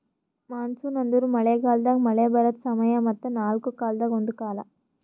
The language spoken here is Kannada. ಮಾನ್ಸೂನ್ ಅಂದುರ್ ಮಳೆ ಗಾಲದಾಗ್ ಮಳೆ ಬರದ್ ಸಮಯ ಮತ್ತ ನಾಲ್ಕು ಕಾಲದಾಗ ಒಂದು ಕಾಲ